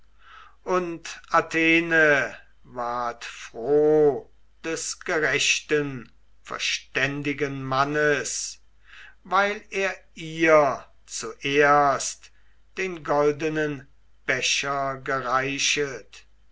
und athene ward froh des gerechten verständigen mannes weil er ihr zuerst den goldenen becher gereichet